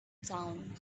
town